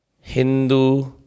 Hindu